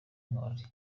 intwari